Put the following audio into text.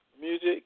music